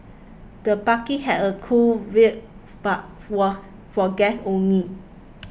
the party had a cool vibe but was for guests only